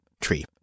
tree